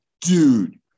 Dude